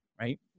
right